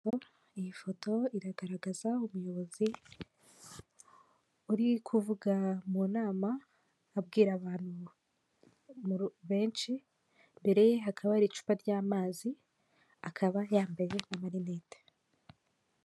Iyi foto iragaragaza ubuyobozi uri kuvuga mu nama abwira abantu benshi imbere hakaba hari icupa ry'amazi akaba yambaye nka n'amarinete.